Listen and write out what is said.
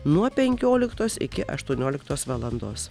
nuo penkioliktos iki aštuonioliktos valandos